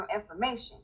information